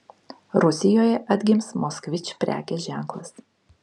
rusijoje atgims moskvič prekės ženklas